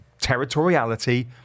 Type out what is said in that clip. territoriality